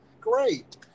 great